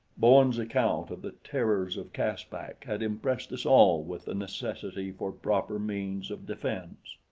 bowen's account of the terrors of caspak had impressed us all with the necessity for proper means of defense.